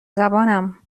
زبانم